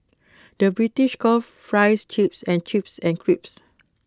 the British calls Fries Chips and chips and crisps